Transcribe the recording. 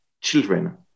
children